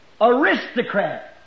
aristocrat